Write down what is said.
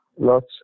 lots